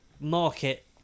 market